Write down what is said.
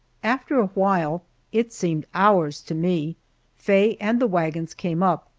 after a while it seemed hours to me faye and the wagons came up,